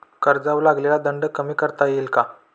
कर्जावर लागलेला दंड कमी करता येईल का?